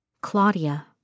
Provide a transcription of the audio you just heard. Claudia